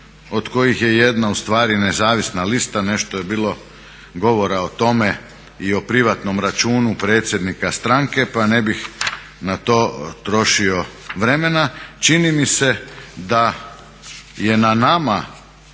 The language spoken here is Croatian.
od kojih je jedna u stvari nezavisna lista. Nešto je bilo govora o tome i o privatnom računu predsjednika stranke, pa ne bih na to trošio vremena. Čini mi se da je na nama